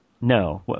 No